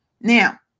Now